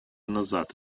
назад